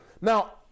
Now